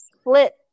split